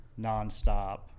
nonstop